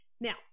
Now